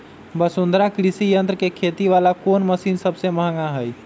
वसुंधरा कृषि यंत्र के खेती वाला कोन मशीन सबसे महंगा हई?